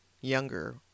younger